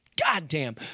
goddamn